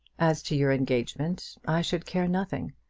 as to your engagement i should care nothing.